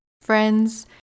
Friends